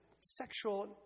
sexual